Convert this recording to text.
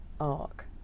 arc